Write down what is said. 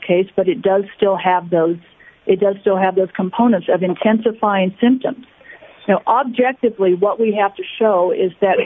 case but it does still have those it does still have those components of intensifying symptoms objectively what we have to show is that